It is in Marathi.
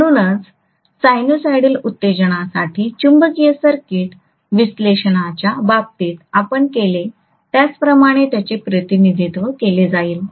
म्हणूनच साइनसॉइडल उत्तेजनासाठी चुंबकीय सर्किट विश्लेषणाच्या बाबतीत आपण केले त्याप्रमाणेच त्यांचे प्रतिनिधित्व केले जाईल